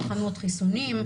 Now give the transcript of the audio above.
תחנות חיסונים,